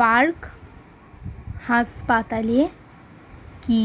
park হাসপাতালে কি